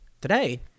Today